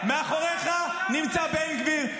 --- מאחוריך נמצא בן גביר.